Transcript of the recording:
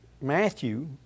Matthew